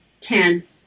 Ten